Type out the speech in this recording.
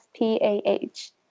SPAH